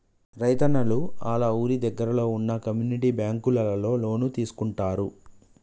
రైతున్నలు ఆళ్ళ ఊరి దగ్గరలో వున్న కమ్యూనిటీ బ్యాంకులలో లోన్లు తీసుకుంటారు